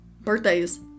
birthdays